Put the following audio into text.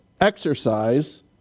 exercise